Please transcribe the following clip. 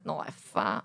את נורא יפה,